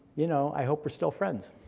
you know i hope we're still friends.